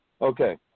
Okay